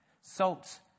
Salt